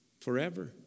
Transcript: forever